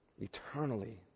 Eternally